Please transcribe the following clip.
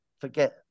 forget